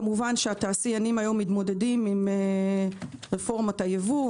כמובן התעשיינים היום מתמודדים עם רפורמת הייבוא,